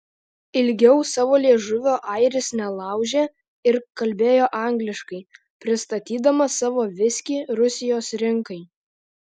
ilgiau savo liežuvio airis nelaužė ir kalbėjo angliškai pristatydamas savo viskį rusijos rinkai